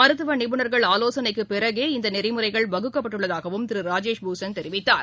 மருத்துவநிபுணர்கள் ஆலோசனைக்குபிறகே இந்தநெறிமுறைகள் வகுக்கப்பட்டுள்ளதாகவும் திருராஜேஷ் பூஷன் தெரிவித்தார்